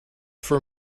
for